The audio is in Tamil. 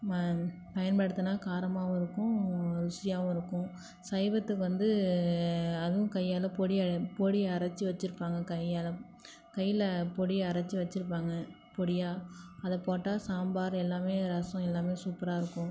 பயன்படுத்தினா காரமாகவும் இருக்கும் ருசியாகவும் இருக்கும் சைவத்துக்கு வந்து அதுவும் கையால் பொடியை பொடியை அரைச்சி வைச்சிருப்பாங்க கையால் கையில் பொடியை அரைச்சி வைச்சிருப்பாங்க பொடியை அதை போட்டால் சாம்பார் எல்லாம் ரசம் எல்லாம் சூப்பராக இருக்கும்